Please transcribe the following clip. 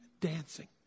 dancing